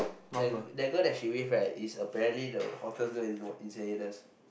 that that girl that she with is apparently the hottest girl in Y~ in Saint-Hilda's